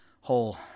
whole